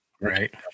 Right